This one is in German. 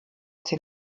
den